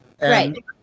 Right